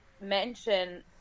mention